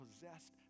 possessed